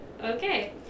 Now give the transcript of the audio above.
okay